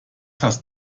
hast